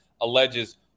alleges